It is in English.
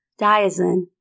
Diazin